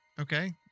Okay